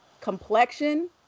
complexion